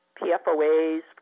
PFOAs